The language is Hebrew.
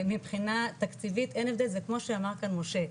מבחינה תקציבית אין הבדל זה כמו שאמר כאן משה,